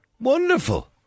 Wonderful